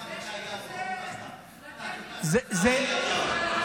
השר עמיחי אליהו, שאותו חיפשת.